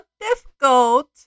difficult